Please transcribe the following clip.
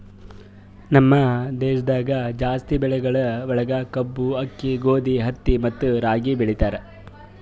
ನಮ್ ದೇಶದಾಗ್ ಜಾಸ್ತಿ ಬೆಳಿಗೊಳ್ ಒಳಗ್ ಕಬ್ಬು, ಆಕ್ಕಿ, ಗೋದಿ, ಹತ್ತಿ ಮತ್ತ ರಾಗಿ ಬೆಳಿತಾರ್